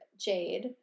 Jade